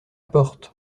porte